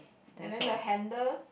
and then the handle